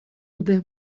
dute